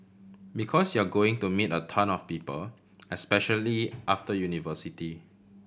because you're going to meet a ton of people especially after university